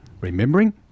Remembering